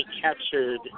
captured